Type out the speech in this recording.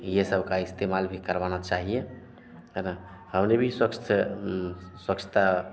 ये सब का इस्तेमाल भी करवाना चाहिए है ना हमने भी स्वच्छ स्वच्छता